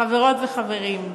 חברות וחברים,